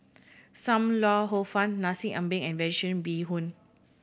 Sam Lau Hor Fun Nasi Ambeng and Vegetarian Bee Hoon